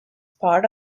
part